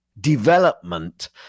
development